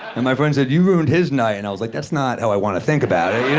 and my friend said you ruined his night. and i was like, that's not how i want to think about it,